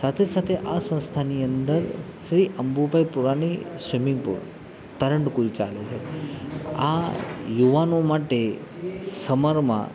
સાથે સાથે આ સંસ્થાની અંદર શ્રી અંબુભાઇ પુરાણી સ્વિમિંગ પુલ તરંડ કુલ ચાલે છે આ યુવાનો માટે સમરમાં